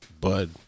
bud